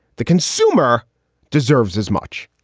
the consumer deserves as much